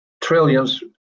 trillions